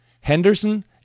Henderson